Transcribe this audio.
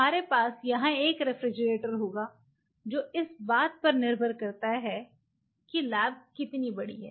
हमारे पास यहां एक रेफ्रिजरेटर होगा जो इस बात पर निर्भर करता है कि लैब कितनी बड़ी है